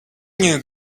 knew